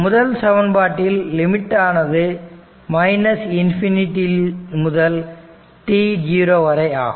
முதல் சமன்பாட்டின் லிமிட் ஆனது மைனஸ் இன்ஃபினிட்டி முதல் t0 வரை ஆகும்